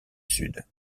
sud